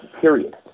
period